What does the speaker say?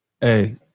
Hey